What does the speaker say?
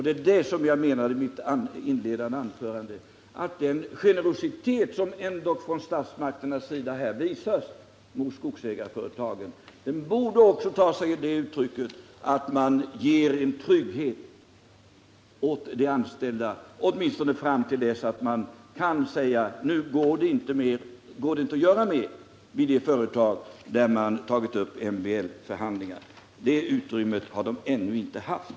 Det var det som jag i mitt inledande anförande menade med den generositet från statsmakternas sida som ändå här visas mot skogsägarföretagen och att den också borde ta sig det uttrycket att företagen ger en trygghet åt de anställda, åtminstone fram till dess att man kan säga att det inte går att göra mer vid de företag där man tagit upp MBL-förhandlingar. Men den möjligheten har personalen ännu inte haft.